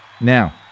now